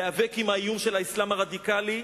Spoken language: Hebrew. להיאבק באיום של האסלאם הרדיקלי,